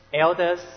elders